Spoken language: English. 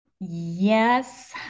Yes